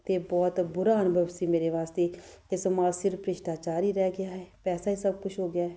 ਅਤੇ ਬਹੁਤ ਬੁਰਾ ਅਨੁਭਵ ਸੀ ਮੇਰੇ ਵਾਸਤੇ ਕਿ ਸਮਾਜ ਸਿਰਫ਼ ਭ੍ਰਿਸ਼ਟਾਚਾਰ ਹੀ ਰਹਿ ਗਿਆ ਹੈ ਪੈਸਾ ਹੀ ਸਭ ਕੁਛ ਹੋ ਗਿਆ